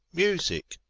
music,